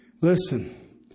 Listen